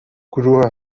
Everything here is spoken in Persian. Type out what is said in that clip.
گروه